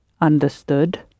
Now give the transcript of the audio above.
understood